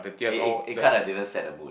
it it it kinda didn't set the mood